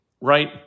right